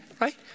right